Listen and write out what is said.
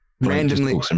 randomly